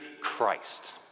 Christ